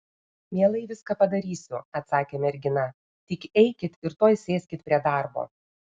mielai viską padarysiu atsakė mergina tik eikit ir tuoj sėskit prie darbo